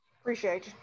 Appreciate